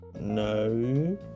No